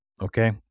Okay